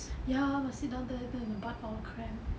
ya must sit down there than the butt all cramp